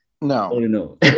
no